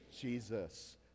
Jesus